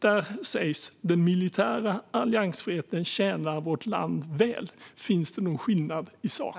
Där sägs den militära alliansfriheten tjäna vårt land väl. Finns det någon skillnad i sak?